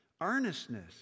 earnestness